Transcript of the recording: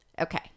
Okay